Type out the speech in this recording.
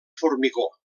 formigó